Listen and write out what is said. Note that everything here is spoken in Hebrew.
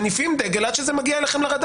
מניפים דגל עד שזה מגיע אליכם לרדאר.